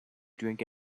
drink